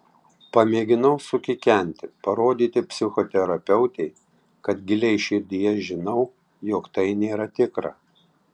pamėginau sukikenti parodyti psichoterapeutei kad giliai širdyje žinau jog tai nėra tikra